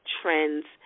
trends